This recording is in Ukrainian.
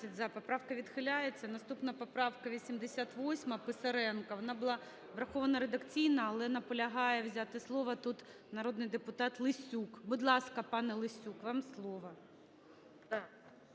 Поправка відхиляється. Наступна поправка 88 Писаренка. Вона була врахована редакційно, але наполягає взяти слово тут народний депутат Лесюк. Будь ласка, пане Лесюк, вам слово.